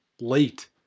late